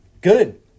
Good